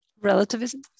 relativism